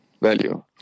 value